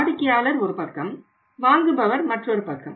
வாடிக்கையாளர் ஒரு பக்கம் வாங்குபவர் மற்றொரு பக்கம்